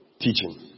teaching